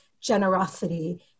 generosity